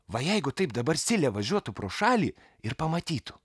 va jeigu taip dabar silė važiuotų pro šalį ir pamatytų